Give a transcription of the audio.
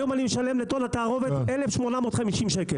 היום אני משלם 1,850 ₪.